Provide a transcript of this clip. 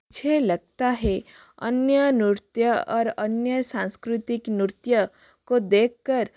मुझे लगता है अन्य नृत्य और अन्य सांस्कृतिक नृत्य को देख कर